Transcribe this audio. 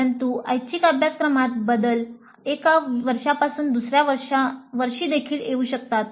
परंतु ऐच्छिक अभ्यासक्रमात बदल एका वर्षापासून दुसर्या वर्षीदेखील येऊ शकतात